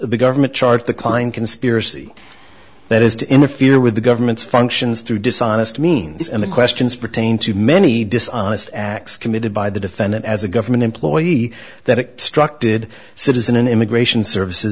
the government charge the klein conspiracy that is to interfere with the government's functions through dishonest means and the questions pertain to many dishonest acts committed by the defendant as a government employee that struck did citizen and immigration services